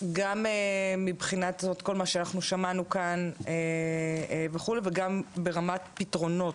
גם מבחינת כל מה שאנחנו שמענו כאן וכו' וגם ברמת פתרונות,